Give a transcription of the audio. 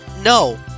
No